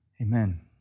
Amen